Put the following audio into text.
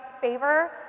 favor